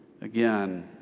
again